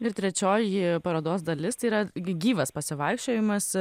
ir trečioji parodos dalis yra gyvas pasivaikščiojimas